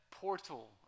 portal